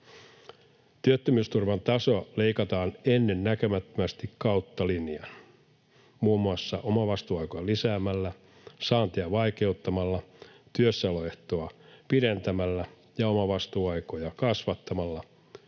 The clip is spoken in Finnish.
Työttömyysturvan tasoa leikataan ennennäkemättömästi kautta linjan muun muassa omavastuuaikaa lisäämällä, saantia vaikeuttamalla, työssäoloehtoa pidentämällä, omavastuuaikoja kasvattamalla,